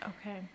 Okay